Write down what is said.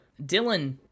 Dylan